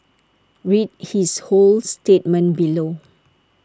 read his whole statement below